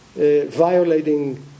violating